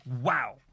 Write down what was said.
Wow